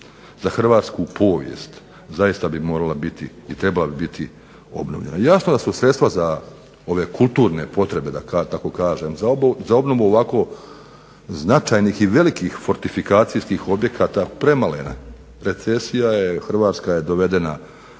za hrvatsku povijest zaista bi morala biti i trebala bi biti obnovljena. Jasno da su sredstva za ove kulturne potrebe da tako kažem, za obnovu ovako značajnih i velikih fortifikacijskih objekata premalena. Recesija je, Hrvatska je dovedena